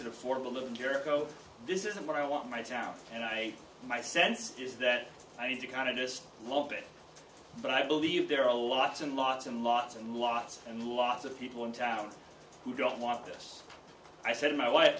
it affordable little jericho this isn't what i want my town and i my sense is that i need to kind of just love it but i believe there are a lots and lots and lots and lots and lots of people in town who don't want this i said my wife